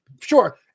Sure